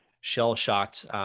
shell-shocked